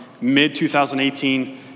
mid-2018